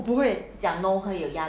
我不会